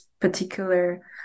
particular